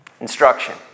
Instruction